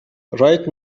right